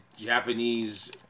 Japanese